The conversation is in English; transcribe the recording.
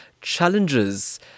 challenges